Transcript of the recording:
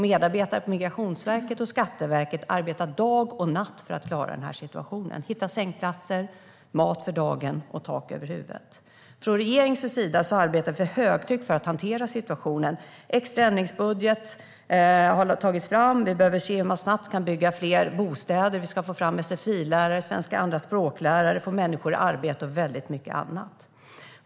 Medarbetare på Migrationsverket och Skatteverket arbetar dag och natt för att klara situationen och ordna mat för dagen, tak över huvudet och sängplatser till alla asylsökande. Regeringen arbetar för högtryck för att hantera situationen, och en extra ändringsbudget har tagits fram. Vi behöver se hur man snabbt kan bygga fler bostäder, vi måste få fram sfi-lärare och lärare i svenska som andraspråk, vi ska få människor i arbete och mycket annat.